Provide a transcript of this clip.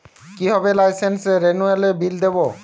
কিভাবে লাইসেন্স রেনুয়ালের বিল দেবো?